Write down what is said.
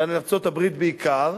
ארצות-הברית בעיקר,